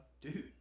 dude